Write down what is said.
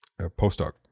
postdoc